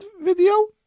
video